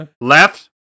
left